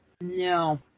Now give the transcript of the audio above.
No